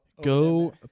Go